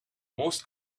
most